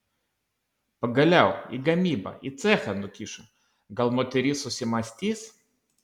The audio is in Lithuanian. pagaliau į gamybą į cechą nukišo gal moteris susimąstys